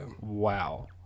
Wow